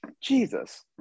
Jesus